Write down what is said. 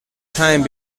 time